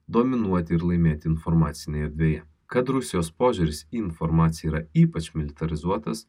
dominuoti ir laimėti informacinėje erdvėje kad rusijos požiūris į informaciją yra ypač militarizuotas